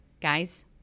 Guys